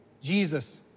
Jesus